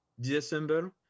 disassemble